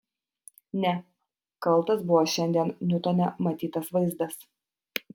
ne kaltas buvo šiandien niutone matytas vaizdas